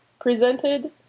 presented